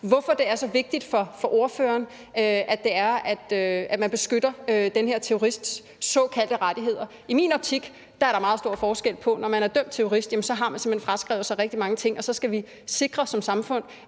hvorfor det er så vigtigt for ordføreren, at man beskytter den her terrorists såkaldte rettigheder. I min optik er der meget stor forskel på det. Når man er dømt terrorist, har man simpelt hen fraskrevet sig rigtig mange ting, og så skal vi som samfund